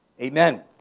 Amen